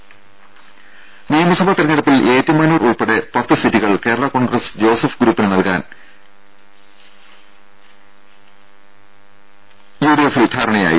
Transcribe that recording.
രുടെ നിയമസഭാ തെരഞ്ഞെടുപ്പിൽ ഏറ്റുമാനൂർ ഉൾപ്പെടെ പത്ത് സീറ്റുകൾ കേരളാ കോൺഗ്രസ് ജോസഫ് ഗ്രൂപ്പിന് നൽകാൻ യുഡിഎഫിൽ ധാരണയായി